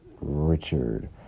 Richard